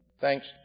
Thanks